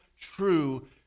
true